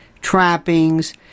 trappings